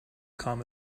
come